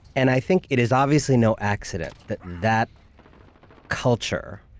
and i think it is obviously no accident that that culture,